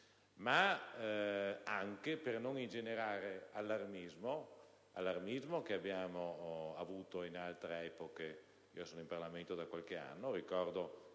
ma anche per non ingenerare quell'allarmismo che abbiamo avuto in altre epoche. Sono in Parlamento da qualche anno e ricordo